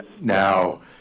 now